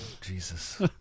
Jesus